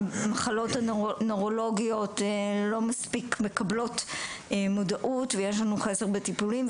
המחלות הנוירולוגיות לא מספיק מקבלות מודעות ויש לנו חסר בטיפולים,